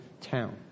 town